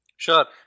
Sure